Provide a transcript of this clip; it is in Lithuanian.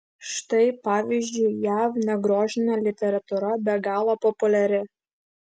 štai pavyzdžiui jav negrožinė literatūra be galo populiari